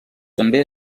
també